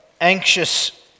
anxious